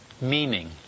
Meaning